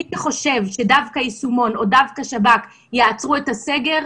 מי שחושב שדווקא היישומון או דווקא השב"כ יעצרו את הסגר,